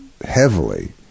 heavily